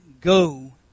go